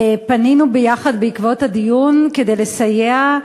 פנינו ביחד בעקבות הדיון כדי לסייע,